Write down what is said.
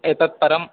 एतत् परम्